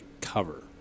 cover